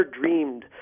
dreamed